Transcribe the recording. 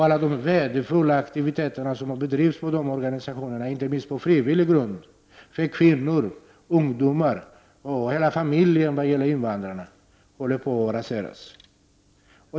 Alla de värdefulla aktiviteter som bedrivs i dessa organisationer — inte minst på frivillig grund — för kvinnor, ungdomar och invandrarfamiljer håller också på att raseras.